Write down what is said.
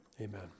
Amen